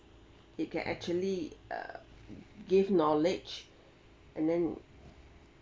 it can actually uh give knowledge and then